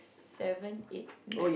seven eight nine